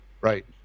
right